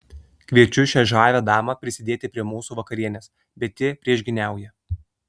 kviečiu šią žavią damą prisidėti prie mūsų vakarienės bet ji priešgyniauja